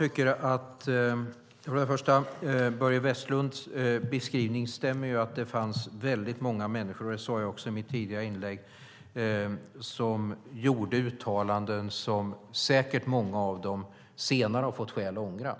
Herr talman! Börje Vestlunds beskrivning stämmer. Det fanns väldigt många människor, och det sade jag också i mitt tidigare inlägg, som gjorde uttalanden som många av dem säkert har fått skäl att ångra senare.